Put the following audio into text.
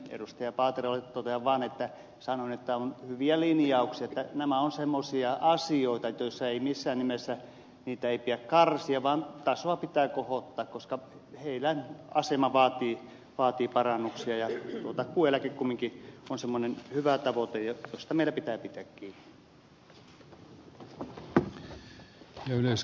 paaterolle totean vaan että sanoin että on hyviä linjauksia että nämä ovat semmoisia asioita joita ei missään nimessä pidä karsia vaan tasoa pitää kohottaa koska heidän asemansa vaatii parannuksia ja takuueläke kumminkin on semmoinen hyvä tavoite josta meidän pitää pitää kiinni